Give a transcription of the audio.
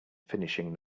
finishing